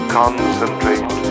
concentrate